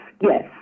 yes